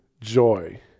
joy